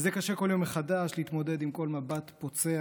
וזה קשה כל יום מחדש להתמודד עם כל מבט פוצע